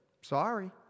sorry